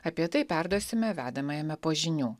apie tai perduosime vedamajame po žinių